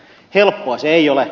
helppoa se ei ole